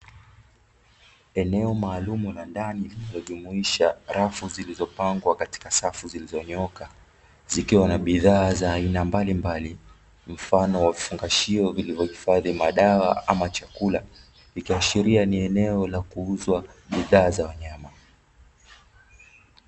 Eneo maalumu la ndani lililojumuisha rafu zilizopangwa katika safu zilizonyooka, zikiwa na bidhaa za aina mbalimbali mfano wa vifungashio vilivyohifadhi madawa ama chakula, ikihashiria ni eneo la kuuzwa bidhaa za wanyama.